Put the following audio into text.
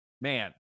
man